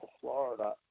Florida